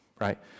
right